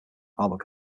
albert